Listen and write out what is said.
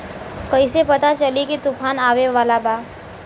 कइसे पता चली की तूफान आवा वाला बा?